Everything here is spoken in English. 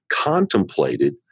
contemplated